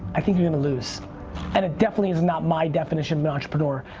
i think you're gonna lose and it definitely is not my definition of an entrepreneur.